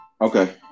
Okay